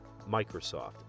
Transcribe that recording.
Microsoft